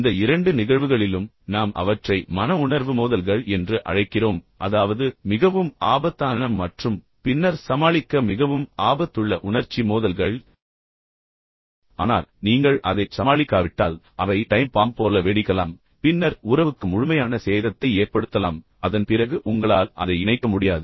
இந்த இரண்டு நிகழ்வுகளிலும் நாம் அவற்றை மன உணர்வு மோதல்கள் என்று அழைக்கிறோம் அதாவது மிகவும் ஆபத்தான மற்றும் பின்னர் சமாளிக்க மிகவும் ஆபத்துள்ள உணர்ச்சி மோதல்கள் ஆனால் நீங்கள் அதைச் சமாளிக்காவிட்டால் அவை டைம் பாம் போல வெடிக்கலாம் பின்னர் உறவுக்கு முழுமையான சேதத்தை ஏற்படுத்தலாம் அதன் பிறகு உங்களால் அதை இணைக்க முடியாது